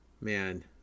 Man